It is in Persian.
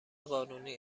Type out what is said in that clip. قانونی